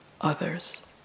others